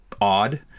odd